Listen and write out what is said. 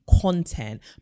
content